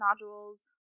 nodules